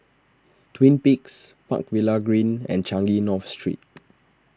Twin Peaks Park Villas Green and Changi North Street